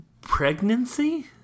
Pregnancy